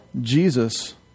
Jesus